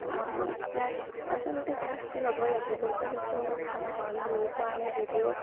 class আচলতে ক্লাছটো ল'ব লাগিব যে সেইটো কথা নহয় মই লৈ পোৱা নাই যদিও